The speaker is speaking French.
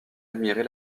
admirer